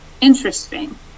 interesting